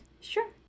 Sure